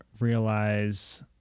realize